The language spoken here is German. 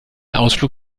ausflug